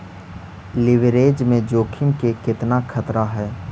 Leverage में जोखिम के केतना खतरा हइ?